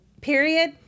period